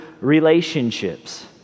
relationships